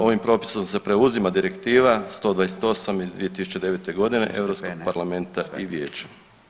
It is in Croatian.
Ovim se propisom preuzima direktiva 128. iz 2009. godine Europskog parlamenta i Vijeća.